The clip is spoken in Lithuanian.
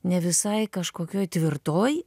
ne visai kažkokioj tvirtoj